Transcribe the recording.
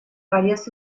varias